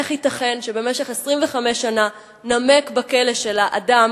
איך ייתכן שבמשך 25 שנה נמק בכלא שלה אדם